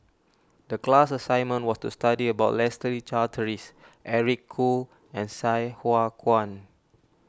the class assignment was to study about Leslie Charteris Eric Khoo and Sai Hua Kuan